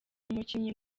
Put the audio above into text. umukinnyi